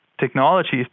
technologies